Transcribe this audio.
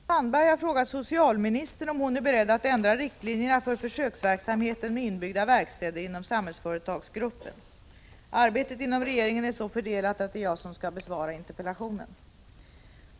Herr talman! Barbro Sandberg har frågat socialministern om hon är beredd att ändra riktlinjerna för försöksverksamheten med inbyggda verkstäder inom Samhällsföretagsgruppen. Arbetet inom regeringen är så fördelat att det är jag som skall besvara interpellationen.